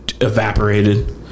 evaporated